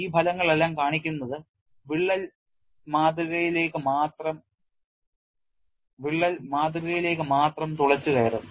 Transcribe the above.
ഈ ഫലങ്ങളെല്ലാം കാണിക്കുന്നത് വിള്ളൽ മാതൃകയിലേക്ക് മാത്രം തുളച്ചുകയറും